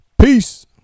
peace